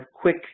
quick